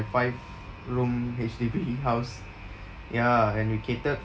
five room H_D_B house ya and we catered